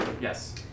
Yes